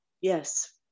Yes